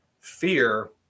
fear